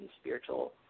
spiritual